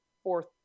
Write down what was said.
fourth